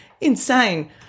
insane –